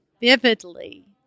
vividly